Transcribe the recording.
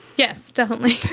yes, definitely.